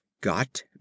got